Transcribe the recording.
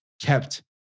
kept